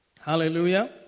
Hallelujah